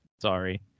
Sorry